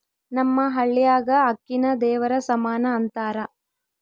ನಮ್ಮ ಹಳ್ಯಾಗ ಅಕ್ಕಿನ ದೇವರ ಸಮಾನ ಅಂತಾರ